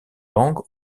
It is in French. langue